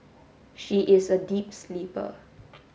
she is a deep sleeper